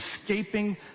escaping